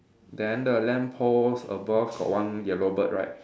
then the lamppost above got one yellow bird right